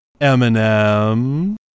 eminem